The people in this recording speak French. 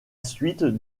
suite